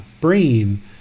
brain